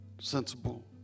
sensible